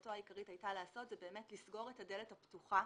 מטרתו העיקרית הייתה לסגור את הדלת הפתוחה